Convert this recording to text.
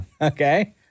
Okay